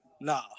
Nah